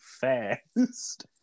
fast